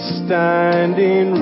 standing